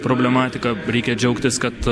problematiką reikia džiaugtis kad